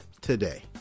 today